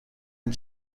این